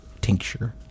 tincture